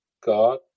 God